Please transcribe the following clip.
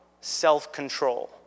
self-control